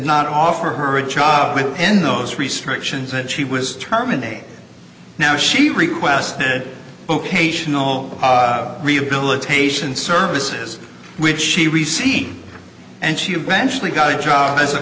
not offer her a job in those restrictions that she was terminated now she requested vocational rehabilitation services which she received and she eventually got a job as a